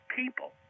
people